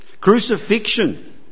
Crucifixion